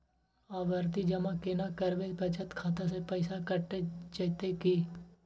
आवर्ति जमा केना करबे बचत खाता से पैसा कैट जेतै की?